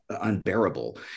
unbearable